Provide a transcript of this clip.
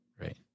Right